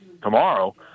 Tomorrow